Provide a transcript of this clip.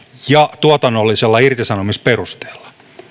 ja tuotannollisella irtisanomisperusteella